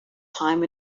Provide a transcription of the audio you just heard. time